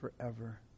forever